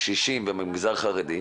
קשישים ומהמגזר החרדי,